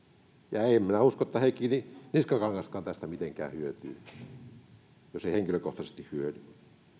ja en minä usko että heikki niskakangaskaan tästä mitenkään hyötyy jos ei henkilökohtaisesti hyödy